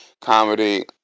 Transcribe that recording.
comedy